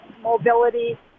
mobility